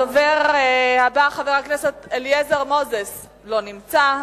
הדובר הבא, חבר הכנסת אליעזר מוזס, לא נמצא.